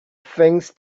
things